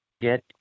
get